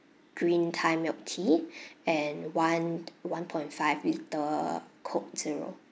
green thai milk tea and one one point five litre coke zero